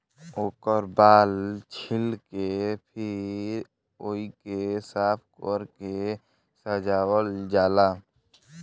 ओकर बाल छील के फिर ओइके साफ कर के सजावल जाला